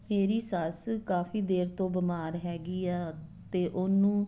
ਮੇਰੀ ਸੱਸ ਕਾਫੀ ਦੇਰ ਤੋਂ ਬਿਮਾਰ ਹੈਗੀ ਆ ਅਤੇ ਉਹਨੂੰ